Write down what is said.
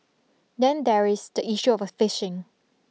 then there is the issue of fishing